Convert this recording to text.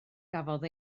gafodd